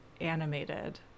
animated